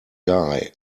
guy